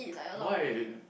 why